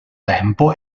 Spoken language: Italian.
tempo